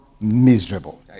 miserable